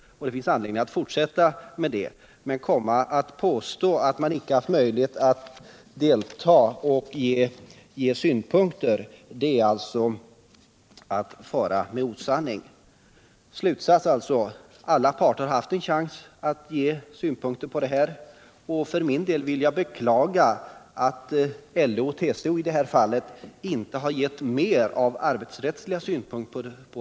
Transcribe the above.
Det fanns all anledning att fortsätta med det. Men att påstå att man inte har haft möjlighet att delta och att anföra synpunkter är att fara med osanning! Slutsatsen blir alltså att alla parter har haft möjigheter att anlägga synpunkter på förslaget. För min del vill jag bara beklaga att LO och TCO inte har anfört mera av arbetsrättsliga synpunkter.